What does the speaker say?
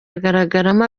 agaragaramo